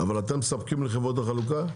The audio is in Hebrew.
אבל אתם מספקים לחברות החלוקה?